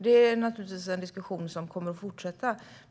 Det är naturligtvis en diskussion som kommer att fortsätta.